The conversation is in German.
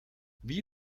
wie